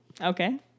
Okay